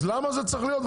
למה זה צריך להיות?